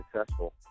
successful